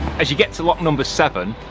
as you get to lock number seven,